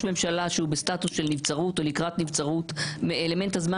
ממשלה שהוא בסטטוס של נבצרות או לקראת נבצרות אלמנט הזמן